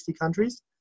countries